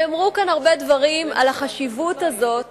נאמרו כאן הרבה דברים על החשיבות הזאת